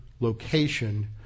location